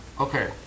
okay